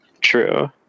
True